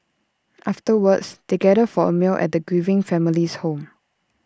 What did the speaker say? afterwards they gather for A meal at the grieving family's home